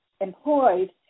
employed